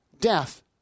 death